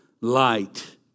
light